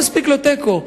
מספיק לו תיקו?